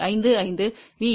55 VSWR